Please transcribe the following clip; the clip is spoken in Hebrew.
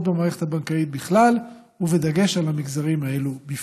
במערכת הבנקאית בכלל ובדגש על המגזרים האלה בפרט.